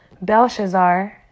Belshazzar